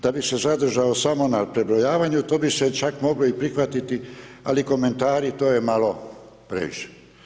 Da bi se zadržao samo na prebrojavanju to bi se čak moglo i prihvatiti ali komentari to je malo previše.